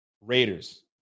Raiders